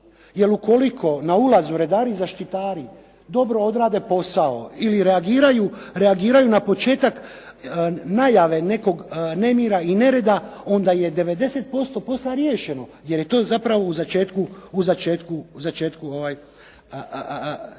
jer ukoliko na ulazu redari i zaštitari dobro odrade posao ili reagiraju na početak najave nekog nemira i nereda onda je 90% posla riješeno jer je to zapravo u začetku